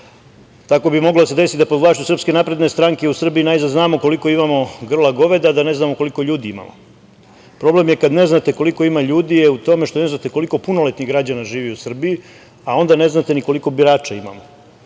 bi moglo da se desi da pod vlašću Srpske napredne stranke u Srbiji najzad znamo koliko imamo grla goveda, ada ne znamo koliko ljudi imamo. Problem je kad ne znate koliko ima ljudi je u tome što ne znate koliko punoletnih građana živi u Srbiji, a onda ne znate ni koliko birača imamo,